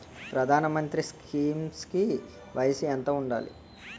ప్రధాన మంత్రి స్కీమ్స్ కి వయసు ఎంత ఉండాలి?